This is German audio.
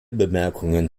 bemerkungen